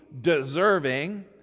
deserving